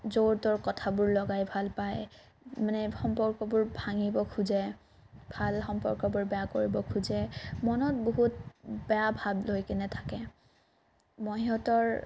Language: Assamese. য'ৰ ত'ৰ কথাবোৰ লগাই ভাল পায় মানে সম্পৰ্কবোৰ ভাঙিব খোজে ভাল সম্পৰ্কবোৰ বেয়া কৰিব খোজে মনত বহুত বেয়া ভাৱ লৈ কিনে থাকে মই সিহঁতৰ